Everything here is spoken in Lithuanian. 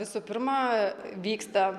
visų pirma vyksta